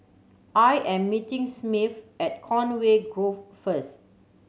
I am meeting Smith at Conway Grove first